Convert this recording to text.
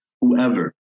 whoever